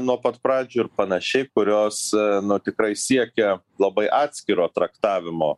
nuo pat pradžių ir panašiai kurios nu tikrai siekia labai atskiro traktavimo